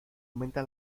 aumenta